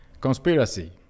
conspiracy